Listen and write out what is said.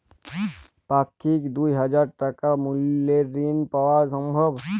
পাক্ষিক দুই হাজার টাকা মূল্যের ঋণ পাওয়া সম্ভব?